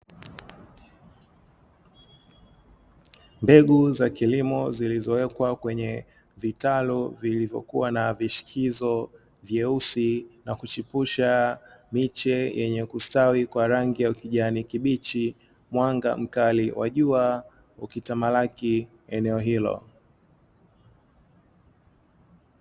Mbegu za kilimo zilizowekwa kwenye vitalu vilivyokuwa na vishikizo vyeusi, na kuchipusha miche yenye kustawi kwa rangi ya kijani kibichi, mwanga mkali wa jua ukitamalaki eneo hilo.